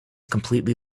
completely